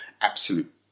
Absolute